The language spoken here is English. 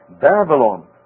Babylon